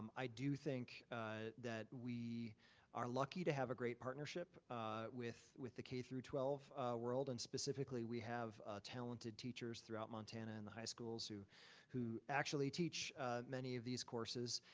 i do think that we are lucky to have a great partnership with with the k twelve world and specifically we have talented teachers throughout montana and the high schools who who actually teach many of these courses.